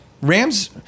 Rams